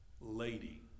lady